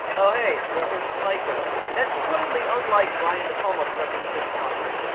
oh, hey! it's a reference to psycho! that's totally unlike brian de palma to reference hitchcock!